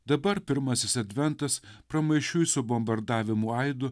dabar pirmasis adventas pramaišiui su bombardavimų aidu